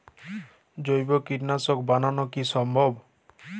জৈব কীটনাশক বানানো কি সম্ভব?